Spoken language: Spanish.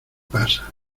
pasa